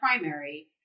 primary